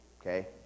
okay